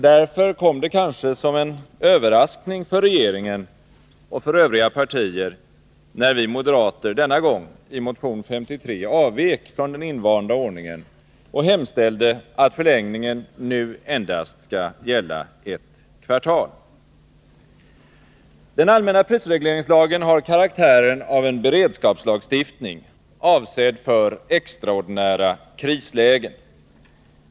Därför kom det kanske som en överraskning för regeringen och för övriga partier, när vi moderater denna gång, i motion 53, avvek från den invanda ordningen och hemställde att förlängningen nu endast skall gälla ett kvartal. Den allmänna prisregleringslagen har karaktären av en beredskapslagstiftning, avsedd för extraordinära krislägen.